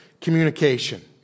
communication